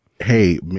hey